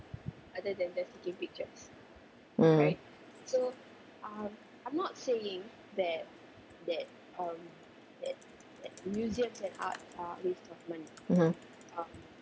mm mmhmm